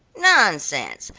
nonsense,